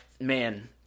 man